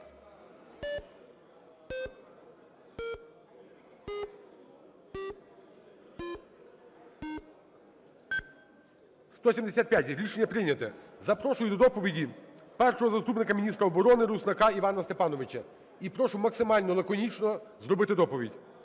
За-175 Рішення прийнято. Запрошую до доповіді першого заступника міністра оборони Руснака Івана Степановича. І прошу максимально лаконічно зробити доповідь.